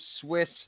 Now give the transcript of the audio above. Swiss